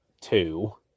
two